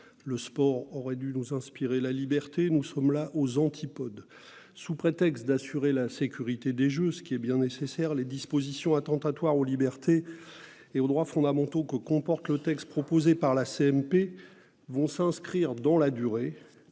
Le sport aurait dû nous inspirer la liberté ; nous en sommes aux antipodes. Sous prétexte d'assurer la sécurité des Jeux, ce qui est bien nécessaire, les dispositions attentatoires aux libertés et aux droits fondamentaux du texte proposé par la commission mixte paritaire vont s'inscrire dans la durée,